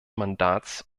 mandats